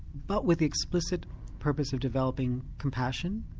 but with the explicit purpose of developing compassion,